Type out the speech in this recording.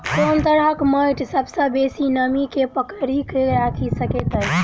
कोन तरहक माटि सबसँ बेसी नमी केँ पकड़ि केँ राखि सकैत अछि?